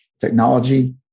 technology